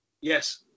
Yes